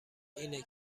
اینه